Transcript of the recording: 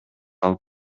алып